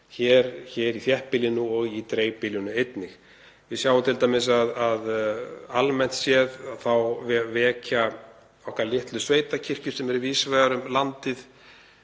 hér í þéttbýlinu og í dreifbýlinu einnig. Við sjáum t.d. að almennt séð vekja okkar litlu sveitakirkjur sem eru víðs vegar um landið